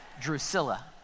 drusilla